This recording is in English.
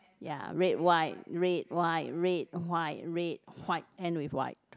ya red white red white red white red white end with white